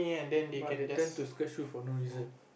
but they tend to scratch you for no reason